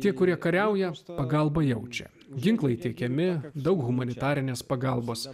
tie kurie kariauja su pagalba jaučia ginklai tiekiami daug humanitarinės pagalbos